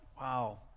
wow